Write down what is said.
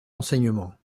renseignements